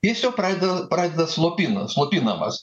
jis jau pradeda pradeda slopina slopinamas